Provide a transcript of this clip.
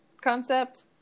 concept